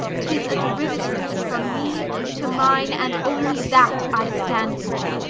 tis a derivative from me to mine, and only that i stand for.